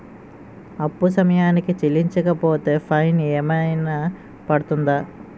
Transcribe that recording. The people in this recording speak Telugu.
అప్పు సమయానికి చెల్లించకపోతే ఫైన్ ఏమైనా పడ్తుంద?